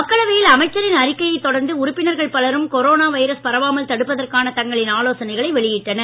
மக்களவையில் அமைச்சரின் அறிக்கையைத் தொடர்ந்து உறுப்பினர்கள் பலரும் கொரோனா வைரஸ் பரவாமல் தடுப்பதற்கான தங்களின் ஆலோசனைகளை வெளியிட்டனர்